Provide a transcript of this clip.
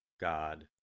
God